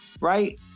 right